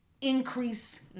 increase